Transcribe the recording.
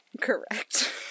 correct